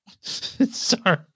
Sorry